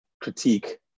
critique